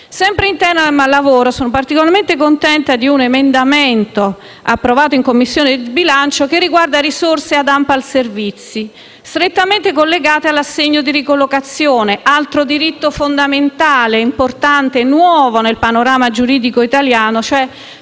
Sempre in tema lavoro, sono particolarmente contenta di un emendamento approvato in Commissione bilancio che riguarda risorse ad ANPAL Servizi SpA, strettamente collegate all'assegno di ricollocazione, altro diritto fondamentale, importante e nuovo nel panorama giuridico italiano: